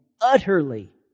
utterly